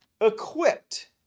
equipped